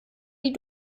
die